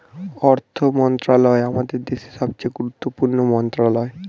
অর্থ মন্ত্রণালয় আমাদের দেশের সবচেয়ে গুরুত্বপূর্ণ মন্ত্রণালয়